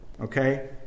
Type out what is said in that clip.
okay